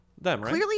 Clearly